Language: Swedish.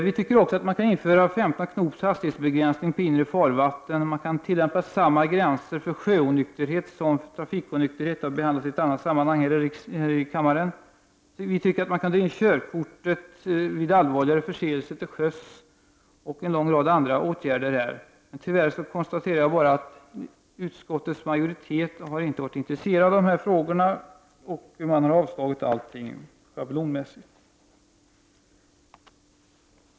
Vi tycker också att man kan införa hastighetsbegränsning till 15 knop på inre farvatten, att man skall tillämpa samma gräser för sjöonykterhet som för trafikonykterhet på land — det har behandlats i annat sammanhang här i kammaren — och att man kan dra in körkortet vid allvarligare förseelser till sjöss. Vi har också föreslagit en lång rad andra åtgärder. Tyvärr konstaterar jag bara att utskottets majoritet inte har varit intresserad av de här frågorna utan avstyrkt allting schablonmässigt.